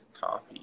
coffee